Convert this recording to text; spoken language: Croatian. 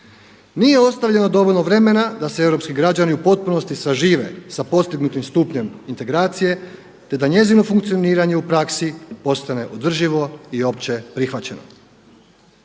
Nije ostavljeno dovoljno vremena da se europski građani u potpunosti sažive sa postignutim stupnjem integracije, te da njezino funkcioniranje u praksi postane održivo i opće prihvaćeno.